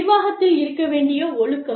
நிர்வாகத்தில் இருக்க வேண்டிய ஒழுக்கம்